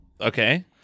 Okay